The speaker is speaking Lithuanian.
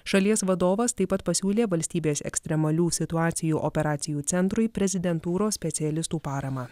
šalies vadovas taip pat pasiūlė valstybės ekstremalių situacijų operacijų centrui prezidentūros specialistų paramą